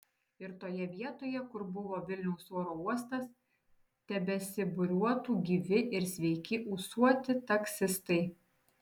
ir toje vietoje kur buvo vilniaus oro uostas tebesibūriuotų gyvi ir sveiki ūsuoti taksistai